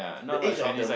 the age of the